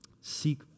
Seek